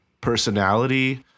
personality